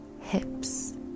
hips